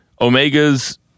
Omega's